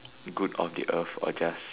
good of the earth or just